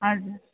हजुर